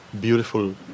beautiful